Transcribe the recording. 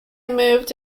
moved